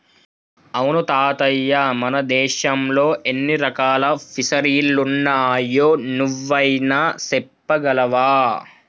అవును తాతయ్య మన దేశంలో ఎన్ని రకాల ఫిసరీలున్నాయో నువ్వైనా సెప్పగలవా